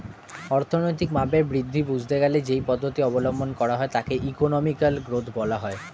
অর্থনৈতিক মাপের বৃদ্ধি বুঝতে গেলে যেই পদ্ধতি অবলম্বন করা হয় তাকে ইকোনমিক গ্রোথ বলা হয়